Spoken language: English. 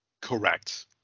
Correct